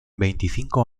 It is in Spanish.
veinticinco